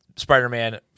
Spider-Man